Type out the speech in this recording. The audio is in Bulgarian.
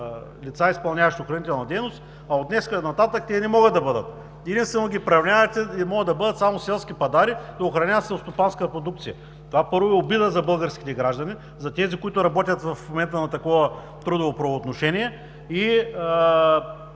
лица, изпълняващи охранителна дейност, а от днес нататък те не могат да бъдат. Единствено ги приравнявате и могат да бъдат само селски пъдари, да охраняват селскостопанска продукция. Това, първо, е обида за българските граждани, за тези, които работят в момента на такова трудово правоотношение, и